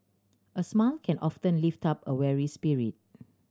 a smile can often lift up a weary spirit